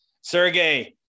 Sergey